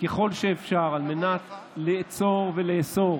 ככל האפשר כדי לעצור ולאסור